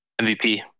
mvp